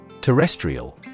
Terrestrial